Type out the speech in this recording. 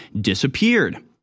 disappeared